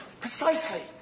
precisely